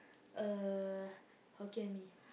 uh Hokkien-Mee